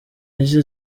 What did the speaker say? yagize